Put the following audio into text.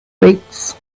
weights